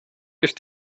ist